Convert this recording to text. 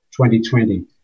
2020